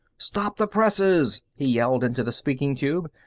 stop the presses! he yelled into the speaking tube.